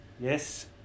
Yes